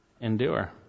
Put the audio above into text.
endure